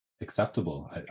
acceptable